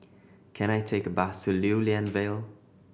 can I take a bus to Lew Lian Vale